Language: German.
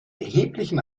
erheblichen